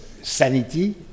sanity